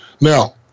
Now